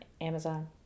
Amazon